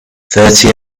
thirty